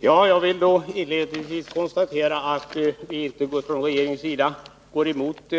Fru talman! Jag vill inledningsvis konstatera att man inte från regeringens sida går emot